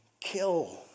kill